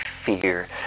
fear